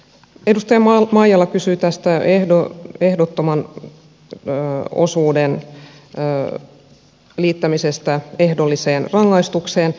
edustaja maijala kysyi ehdottoman osuuden liittämisestä ehdolliseen rangaistukseen